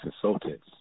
Consultants